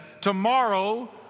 Tomorrow